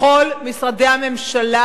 לכל משרדי הממשלה,